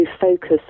focus